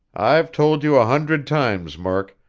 i've told you a hundred times, murk,